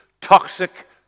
toxic